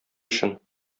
өчен